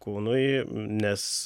kūnui nes